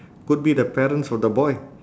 could be the parents of the boy